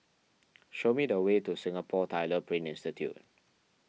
show me the way to Singapore Tyler Print Institute